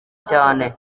cyane